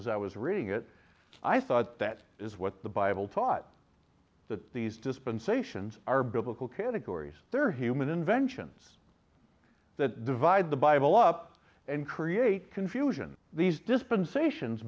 as i was reading it i thought that is what the bible taught that these dispensations are biblical categories they're human inventions that divide the bible up and create confusion these dispensations